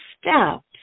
steps